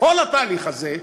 הלוא כל התהליך הזה,